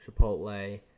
Chipotle